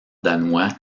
danois